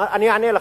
אני אענה לך,